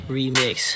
remix